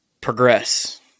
progress